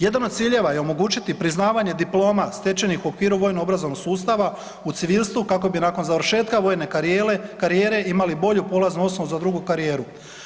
Jedan od ciljeva je omogućiti priznavanje diploma stečenih u okviru vojno obrazovnog sustava u civilstvu kako bi nakon završetka vojne karijere imali bolju polaznu osnovu za drugu karijeru.